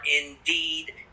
indeed